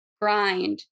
grind